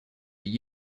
the